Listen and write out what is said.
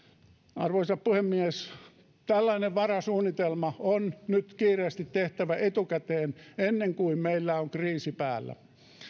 arvoisa puhemies tällainen varasuunnitelma on nyt kiireesti tehtävä etukäteen ennen kuin meillä on kriisi päällä